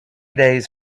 days